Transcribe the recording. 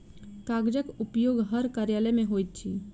कागजक उपयोग हर कार्यालय मे होइत अछि